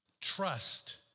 trust